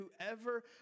whoever